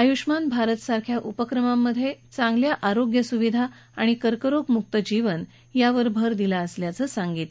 आयुष्मान भारत सारख्या उपक्रमांमध्ये चांगल्या आरोग्य सुविधा आणि कर्करोग मुक्त जीवन यावर भर दिला असल्याचं सांगितलं